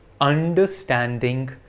understanding